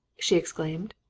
she exclaimed.